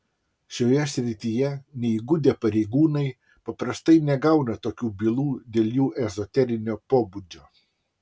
šioje srityje neįgudę pareigūnai paprastai negauna tokių bylų dėl jų ezoterinio pobūdžio